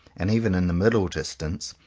and even in the middle-distance,